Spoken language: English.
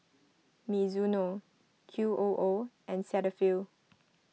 Mizuno Q O O and Cetaphil